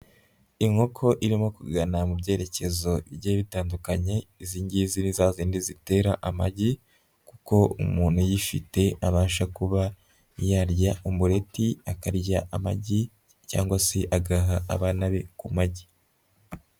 Inkoko irimo kugana mu byerekezo bigiye bitandukanye, izi ngizi ni za zindi zitera amagi kuko umuntu uyifite abasha kuba yarya umureti, akarya amagi cyangwa se agaha abana be ku magi.